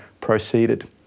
proceeded